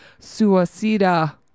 Suicida